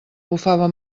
bufava